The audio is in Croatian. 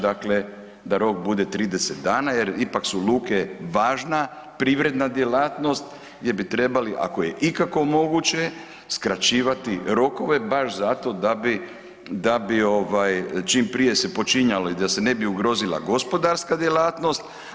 Dakle, da rok bude 30 dana jer ipak su luke važna privredna djelatnost gdje bi trebali ako je ikako moguće skraćivati rokove baš zato da bi čim prije se počinjalo i da se ne bi ugrozila gospodarska djelatnost.